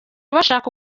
bashaka